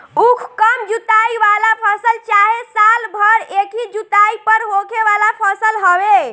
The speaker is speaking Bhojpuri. उख कम जुताई वाला फसल चाहे साल भर एकही जुताई पर होखे वाला फसल हवे